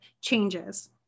changes